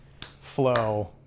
flow